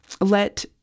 let